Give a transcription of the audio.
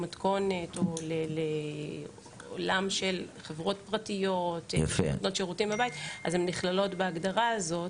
לעולם של חברות פרטיות שנותנות שירותים בבית הן נכללות בהגדרה הזו.